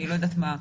למשל,